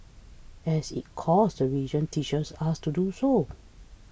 as its core the religion teaches us to do sore